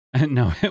no